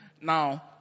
Now